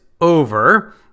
over